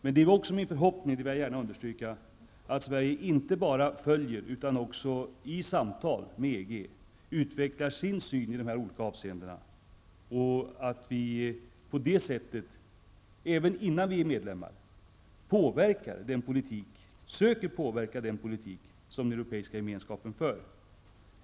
Det är också min förhoppning -- det vill jag gärna understryka -- att Sverige inte bara följer debatten utan också i samtal utvecklar sin syn i de här olika avseendena, så att vi på det sättet, även innan vi blir medlemmar, söker påverka den politik som europeiska gemenskapen för.